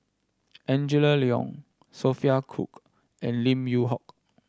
Angela Liong Sophia Cooke and Lim Yew Hock